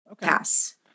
pass